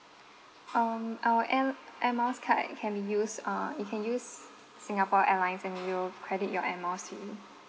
um our air air miles card can be used uh you can use singapore airlines and we will credit your air miles to you